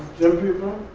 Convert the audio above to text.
gym people?